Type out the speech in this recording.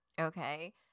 Okay